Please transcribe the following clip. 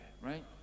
right